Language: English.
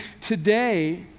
today